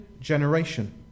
generation